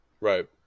Right